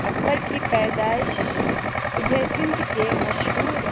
اکبر کی پیدائش صوبہ سندھ کے مشہور